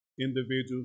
individuals